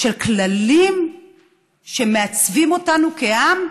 של כללים שמעצבים אותנו כעם.